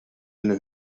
eine